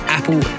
Apple